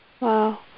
Wow